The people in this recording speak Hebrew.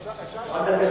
אפשר שאלה?